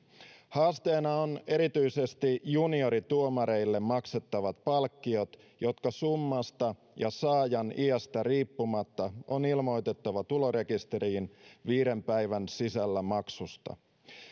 haasteena on erityisesti juniorituomareille maksettavat palkkiot jotka summasta ja saajan iästä riippumatta on ilmoitettava tulorekisteriin viiden päivän sisällä maksusta